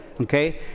Okay